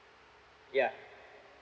yeah